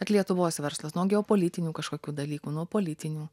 vat lietuvos verslas nuo geopolitinių kažkokių dalykų nuo politinių